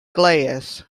glass